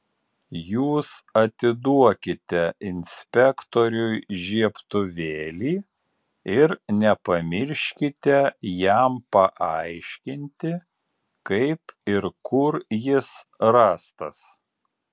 jūs atiduokite inspektoriui žiebtuvėlį ir nepamirškite jam paaiškinti kaip ir kur jis rastas